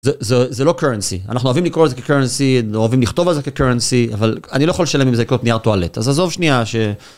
זה זה זה לא קורנסי(currency) אנחנו אוהבים לקרוא זה כקורנסי אוהבים לכתוב על זה כקורנסי אבל אני לא יכול לשלם עם זה לקנות נייר טואלט אז עזוב שנייה ש.